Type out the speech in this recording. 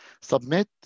submit